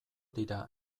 dira